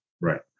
Right